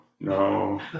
No